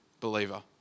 believer